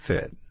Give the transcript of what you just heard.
Fit